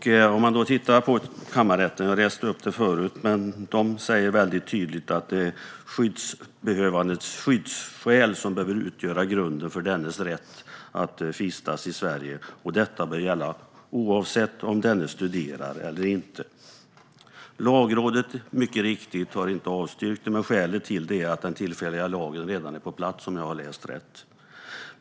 Kammarrätten säger tydligt, och jag läste upp det förut, att det är den skyddsbehövandes skyddsskäl som ska utgöra grunden för dennes rätt att vistas i Sverige och att detta bör gälla oavsett om denne studerar eller inte. Lagrådet har mycket riktigt inte avstyrkt detta, men skälet till det är att den tillfälliga lagen redan är på plats, om jag har läst rätt.